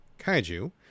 kaiju